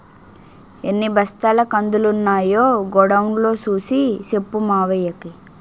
ఎన్ని బస్తాల కందులున్నాయో గొడౌన్ లో సూసి సెప్పు మావయ్యకి